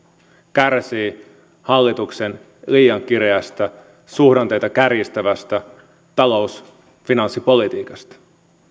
kärsii hallituksen liian kireästä suhdanteita kärjistävästä finanssipolitiikasta